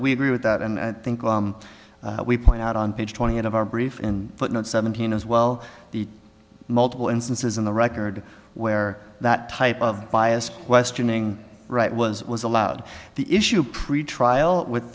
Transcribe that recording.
we agree with that and i think we point out on page twenty eight of our brief in footnote seventeen as well the multiple instances in the record where that type of biased questioning right was was allowed the issue pretrial with